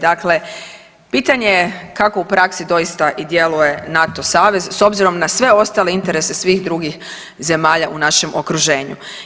Dakle, pitanje je kako u praski doista i djeluje NATO savez s obzirom na sve ostale interese svih drugih zemalja u našem okruženju.